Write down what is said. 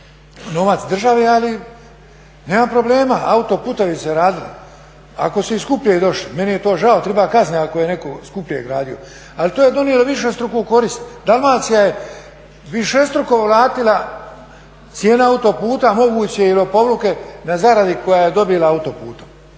novac države ali nema problema. Autoputevi su se radili, ako su i skuplje došli meni je to žao treba kaznit ako je netko skuplje gradio ali to je donijelo višestruku korist. Dalmacija je višestruko vratila, cijene autoputa moguće i lopovluke na zaradi koju je dobila autoputom.